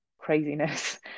craziness